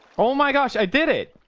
oh my gosh i did it